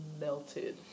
melted